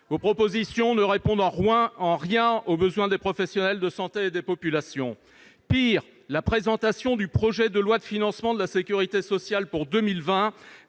Vos propositions ne répondent en rien aux besoins des professionnels de santé et des populations, madame la secrétaire d'État. Pis, la présentation du projet de loi de financement de la sécurité sociale pour 2020